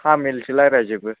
तामिलसो लायरायजोबो